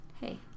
hey